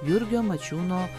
jurgio mačiūno